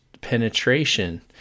penetration